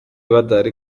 badahari